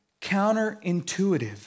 counterintuitive